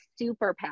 superpower